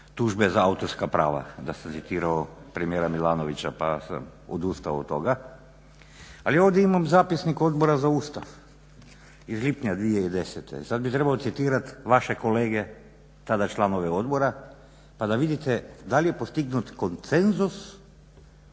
tužbe za autorska prava, da sam citirao premijera Milanovića pa sam odustao od toga. Ali ovdje imam zapisnik Odbora za Ustav iz lipnja 2010. Sad bih trebao citirati vaše kolege, tada članove odbora pa da vidite da li je postignut konsenzus